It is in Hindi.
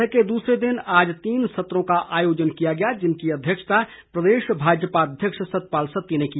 बैठक के दूसरे दिन आज तीन सत्रों का आयोजन किया गया जिनकी अध्यक्षता प्रदेश भाजपा अध्यक्ष सतपाल सत्ती ने की